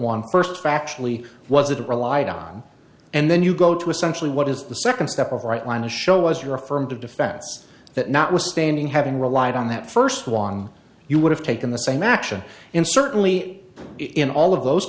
one first factually was it relied on and then you go to essentially what is the second step of right line to show was your affirmative defense that notwithstanding having relied on that first one you would have taken the same action and certainly in all of those